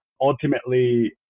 ultimately